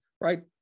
right